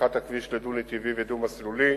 הפיכת הכביש לדו-נתיבי ודו-מסלולי,